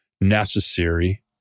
necessary